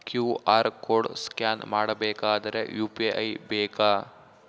QR code scan ಮಾಡಬೇಕಾದರೆ UPI ಬೇಕಾ?